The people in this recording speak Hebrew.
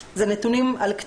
הנתונים על מוקד 105,